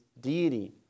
deity